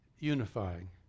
Unifying